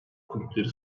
kulüpleri